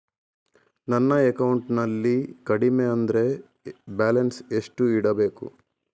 ನನ್ನ ಅಕೌಂಟಿನಲ್ಲಿ ಕಡಿಮೆ ಅಂದ್ರೆ ಬ್ಯಾಲೆನ್ಸ್ ಎಷ್ಟು ಇಡಬೇಕು?